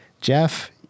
Jeff